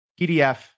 PDF